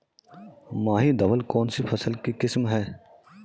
माही धवल कौनसी फसल की किस्म है?